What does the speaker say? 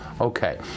okay